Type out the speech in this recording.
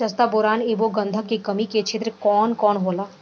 जस्ता बोरान ऐब गंधक के कमी के क्षेत्र कौन कौनहोला?